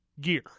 gear